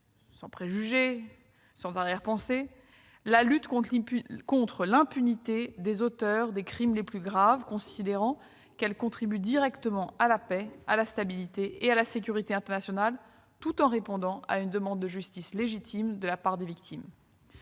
sans préjugé, sans arrière-pensée, la lutte contre l'impunité des auteurs des crimes les plus graves, considérant qu'elle contribue directement à la paix, à la stabilité et à la sécurité internationales tout en répondant à une demande de justice légitime de la part des victimes.